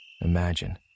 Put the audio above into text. imagine